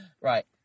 Right